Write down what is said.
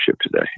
today